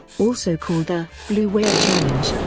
also called the blue whale challenge,